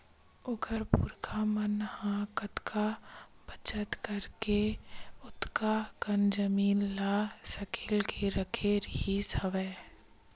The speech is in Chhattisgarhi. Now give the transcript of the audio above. ओखर पुरखा मन ह कतका बचत करके ओतका कन जमीन ल सकेल के रखे रिहिस हवय